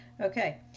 Okay